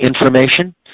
information